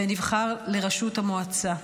ונבחר לראשות המועצה.